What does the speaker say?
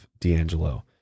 D'Angelo